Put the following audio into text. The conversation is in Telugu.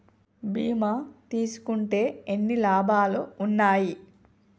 బీమా తీసుకుంటే ఎన్ని లాభాలు ఉన్నాయి?